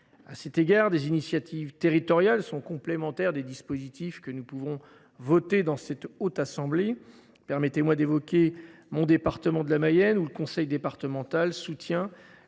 À cet égard, les initiatives territoriales sont complémentaires des dispositifs que nous votons dans notre Haute Assemblée. Permettez moi d’évoquer mon département de la Mayenne, où le conseil départemental soutient